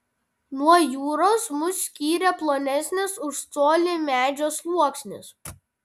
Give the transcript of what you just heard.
nuo jūros mus skyrė plonesnis už colį medžio sluoksnis